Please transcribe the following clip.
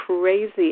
crazy